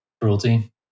cruelty